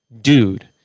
dude